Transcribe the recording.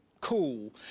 cool